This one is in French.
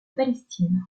palestine